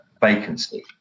vacancy